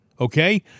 okay